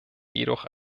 jedoch